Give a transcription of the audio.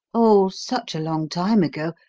oh, such a long time ago,